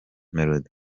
melodie